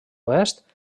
oest